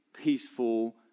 peaceful